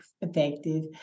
effective